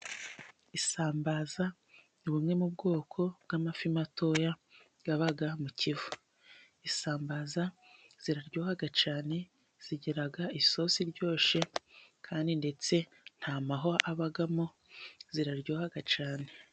Isambaza ni bumwe mu bwoko bw'amafi matoya aba mu Kivu. Isambaza ziraryoha cyane, zigira isosi iryoshye kandi ndetse nta mahwa abamo, ziraryoha cyane.